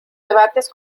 debates